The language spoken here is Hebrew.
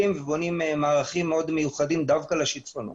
ובונים מערכים מאוד מיוחדים דווקא לשיטפונות.